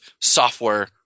software